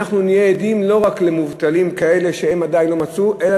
ואנחנו נהיה עדים לא רק למובטלים כאלה שעדיין לא מצאו עבודה